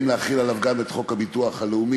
ובוועדה יוחלט אם להחיל עליו גם את חוק הביטוח הלאומי,